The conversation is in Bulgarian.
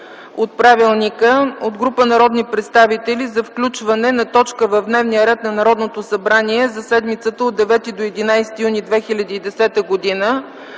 от Правилника от група народни представители за включване на точка в дневния ред на Народното събрание за седмицата от 9 до 11 юни 2010 г. на